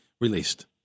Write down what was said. released